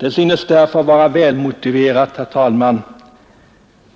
Det synes därför vara välmotiverat, herr talman,